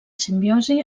simbiosi